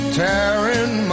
tearing